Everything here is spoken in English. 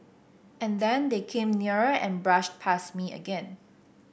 and then they came nearer and brushed past me again